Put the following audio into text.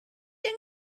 yng